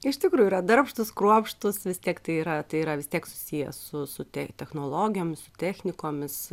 iš tikrųjų yra darbštūs kruopštūs vis tiek tai yra tai yra vis tiek susiję su su suteik technologijomis su technikomis